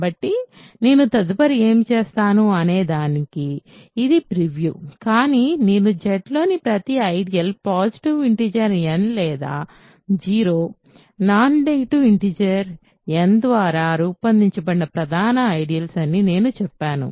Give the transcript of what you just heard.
కాబట్టి నేను తదుపరి ఏమి చేస్తాను అనేదానికి ఇది ప్రివ్యూ కానీ నేను Z లోని ప్రతి ఐడియల్ పాజిటివ్ ఇంటిజర్ n లేదా 0 నాన్ నెగటివ్ ఇంటిజర్ n ద్వారా రూపొందించబడిన ప్రధాన ఐడియల్స్ అని నేను చెప్పాను